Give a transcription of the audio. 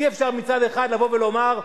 אי-אפשר מצד אחד לבוא ולומר,